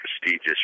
prestigious